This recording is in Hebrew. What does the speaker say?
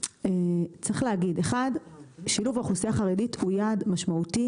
צריך להגיד ששילוב האוכלוסייה החרדית הוא יעד משמעותי